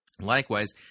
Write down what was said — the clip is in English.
Likewise